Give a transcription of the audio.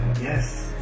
Yes